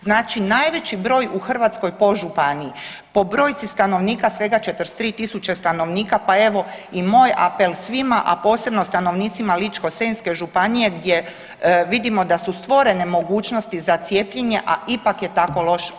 Znači najveći broj u Hrvatskoj po županiji, po brojci stanovnika, svega 43 tisuće stanovnika, pa evo, i moj apel svima, a posebno stanovnicima Ličko-senjske županije gdje vidimo da su stvorene mogućnosti za cijepljenje, a ipak je tako loš odaziv.